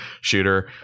shooter